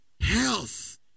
health